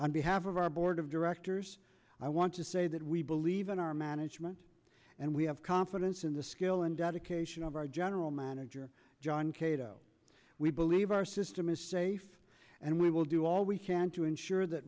on behalf of our board of directors i want to say that we believe in our management and we have confidence in the skill and dedication of our general manager john kato we believe our system is safe and we will do all we can to ensure that